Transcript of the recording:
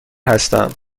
هستم